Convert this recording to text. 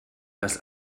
dass